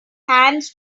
hands